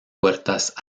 puertas